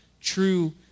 true